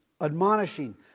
admonishing